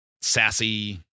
sassy